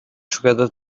together